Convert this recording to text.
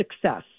success